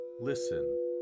listen